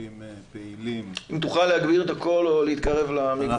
שותפים פעילים ומובילים בתהליכי שינוי ככל שנדרשים כאלה.